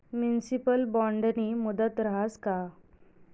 Municipal बॉन्डनी मुदत रहास का?